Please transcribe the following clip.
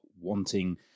wanting